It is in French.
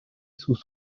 sous